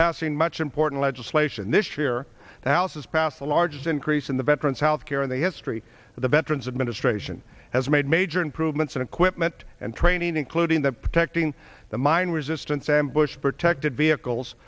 passing much important legislation this year the house has passed the largest increase in the veterans health care in the history of the veterans administration has made major improvements in equipment and training including the protecting the mine resistant ambush protected vehicles